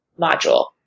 module